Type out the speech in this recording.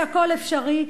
שהכול אפשרי.